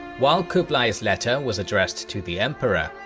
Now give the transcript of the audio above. while kublai's letter was addressed to the emperor,